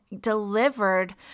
delivered